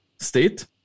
state